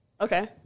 Okay